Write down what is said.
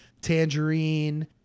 Tangerine